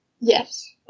Yes